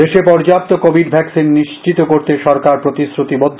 দেশে পর্যাপ্ত covid vaccine নিশ্চিত করতে সরকার প্রতিশ্রুতি বদ্ধ